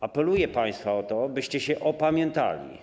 Apeluję do państwa o to, byście się opamiętali.